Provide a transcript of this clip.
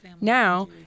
Now